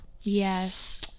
Yes